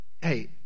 Hey